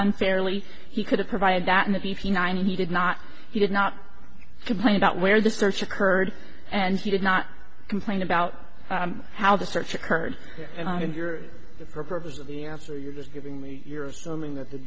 unfairly he could have provided that in the fifty nine and he did not he did not complain about where the search occurred and he did not complain about how the search occurred and i'm sure the purpose of the answer you're just giving me you're assuming that t